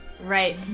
Right